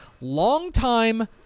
longtime